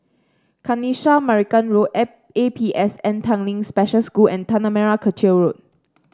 Kanisha Marican Road A A P S N Tanglin Special School and Tanah Merah Kechil Road